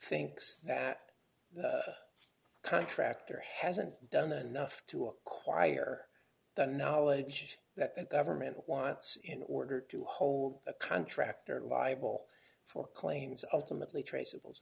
thinks that the contractor hasn't done enough to acquire the knowledge that the government wants in order to hold a contractor liable for claims ultimately traceable